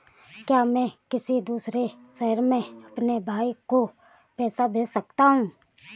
क्या मैं किसी दूसरे शहर में अपने भाई को पैसे भेज सकता हूँ?